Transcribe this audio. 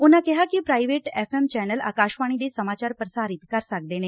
ਉਨੂਾ ਕਿਹਾ ਕਿ private F M channel Akashvani ਦੇ ਸਮਾਚਾਰ ਪ੍ਰਸਾਰਿਤ ਕਰ ਸਕਦੇ ਨੇ